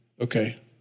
Okay